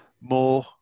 more